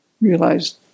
realized